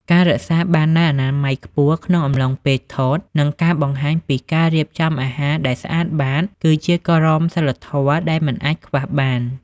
ការរក្សាបាននូវអនាម័យខ្ពស់ក្នុងកំឡុងពេលថត និងការបង្ហាញពីការរៀបចំអាហារដែលស្អាតបាត គឺជាក្រមសីលធម៌ដែលមិនអាចខ្វះបាន។